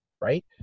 right